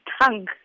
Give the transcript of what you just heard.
tongue